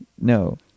No